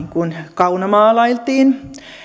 kaunomaalailtiin